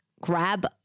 grab